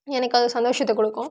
எனக்கு அது சந்தோஷத்தை கொடுக்கும்